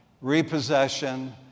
repossession